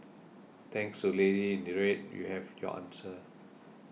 thanks to lady in red you have your answer